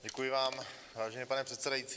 Děkuji vám, vážený pane předsedající.